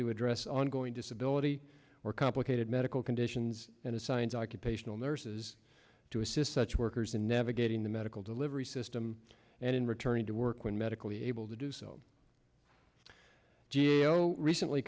to address ongoing disability or complicated medical conditions and assigns occupational nurses to assist such workers in navigating the medical delivery system and in returning to work when medically able to do so g a o recently